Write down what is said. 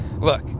Look